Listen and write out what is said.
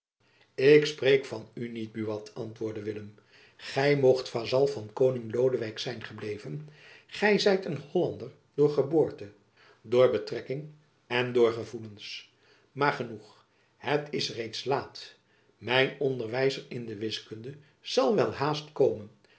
ik spreek van u niet buat antwoordde willem gy moogt vazal van koning lodewijk zijn gebleven gy zijt een hollander door geboorte door betrekking en door gevoelens maar genoeg het is reeds laat mijn onderwijzer in de wiskunde zal welhaast komen